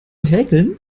häkeln